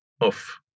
off